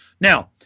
Now